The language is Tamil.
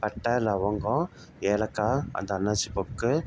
பட்டை லவங்கம் ஏலக்காய் அந்த அன்னாசி மொக்கு